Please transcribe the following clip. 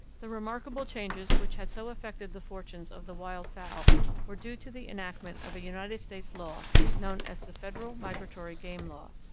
the remarkable changes which had so affected the fortunes of the wild fowl were due to the enactment of a united states law known as the federal migratory game law.